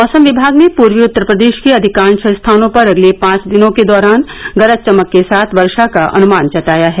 मौसम विभाग ने पूर्वी उत्तर प्रदेश के अधिकांश स्थानों पर अगले पांच दिनों के दौरान गरज चमक के साथ वर्षा का अनुमान जताया है